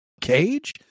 cage